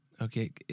Okay